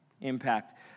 impact